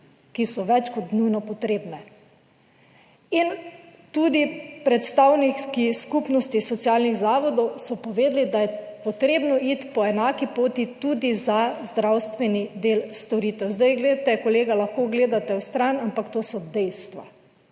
ki so več kot nujno potrebne. In tudi predstavniki Skupnosti socialnih zavodov so povedali, da je potrebno iti po enaki poti tudi za zdravstveni del storitev. Zdaj, glejte kolega, lahko gledate stran, ampak to so dejstva.